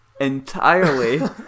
entirely